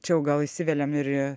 čia jau gal įsiveliam ir į